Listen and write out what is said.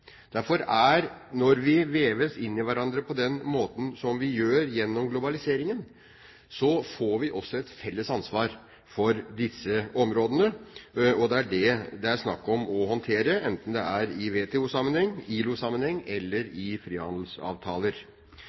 Derfor får vi, når vi veves inn i hverandre på den måten som vi gjør gjennom globaliseringen, også et felles ansvar for disse områdene, og det er det det er snakk om å håndtere, enten det er i WTO-sammenheng, i ILO-sammenheng eller i frihandelsavtaler.